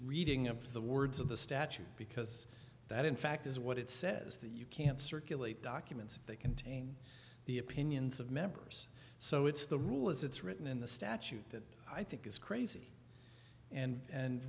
reading of the words of the statute because that in fact is what it says that you can't circulate documents that contain the opinions of members so it's the rule as it's written in the statute that i think is crazy and